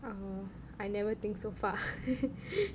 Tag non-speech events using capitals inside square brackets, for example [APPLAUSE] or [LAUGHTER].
oh I never think so far [LAUGHS]